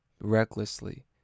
Recklessly